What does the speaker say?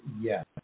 yes